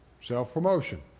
self-promotion